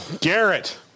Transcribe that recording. Garrett